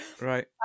Right